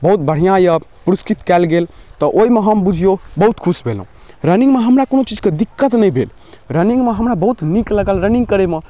बहुत बढ़िया यऽ पुरस्कृत कएल गेल तऽ ओइ मऽ हम बूझियो बहुत खुश भेलौ रनिंग मऽ हमरा कोनो चीज के दिक्कत नै भेल रनिंग मऽ हमरा बहुत नीक लागल रनिंग करै मऽ